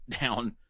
down